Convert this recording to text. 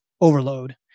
overload